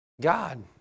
God